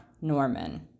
Norman